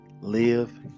live